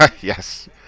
Yes